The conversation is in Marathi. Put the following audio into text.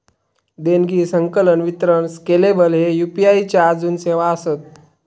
देणगी, संकलन, वितरण स्केलेबल ह्ये यू.पी.आई च्या आजून सेवा आसत